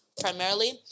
primarily